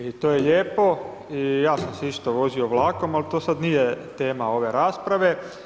I to je lijepo i ja sam se isto vozio vlakom, ali to sad nije tema ove rasprave.